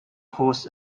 hosts